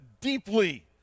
deeply